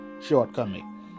shortcoming